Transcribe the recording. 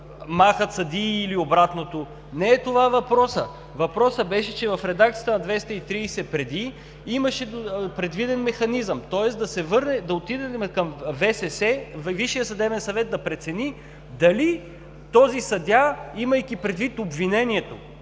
махат съдии, или обратното. Не е това въпросът. Въпросът беше, че в редакцията на чл. 230 преди имаше предвиден механизъм, тоест да отидем към ВСС, Висшият съдебен съвет да прецени дали този съдия, имайки предвид обвинението